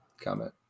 Comment